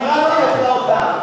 פירטתי לך אותם,